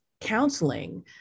counseling